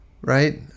right